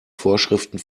vorschriften